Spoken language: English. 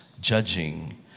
judging